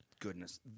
goodness